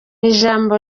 ijambo